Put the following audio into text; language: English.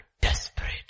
desperate